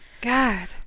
god